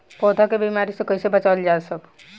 पौधा के बीमारी से कइसे बचावल जा?